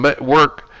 work